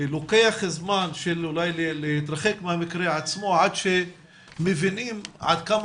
לוקח זמן להתרחק מהמקרה עצמו עד שמבינים עד כמה